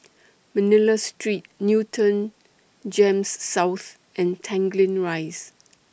Manila Street Newton Gems South and Tanglin Rise